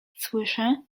słyszę